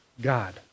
God